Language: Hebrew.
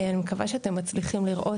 אני מקווה שאתם מצליחים לראות,